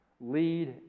lead